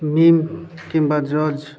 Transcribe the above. meme କିମ୍ବା joke